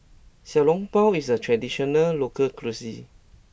Xiao Long Bao is a traditional local cuisine